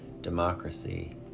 democracy